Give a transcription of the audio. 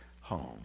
home